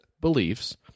beliefs